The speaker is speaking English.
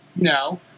No